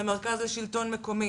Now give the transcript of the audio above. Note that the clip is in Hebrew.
למרכז השלטון המקומי